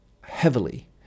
heavily